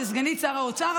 זה סגנית שר האוצר,